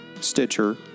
Stitcher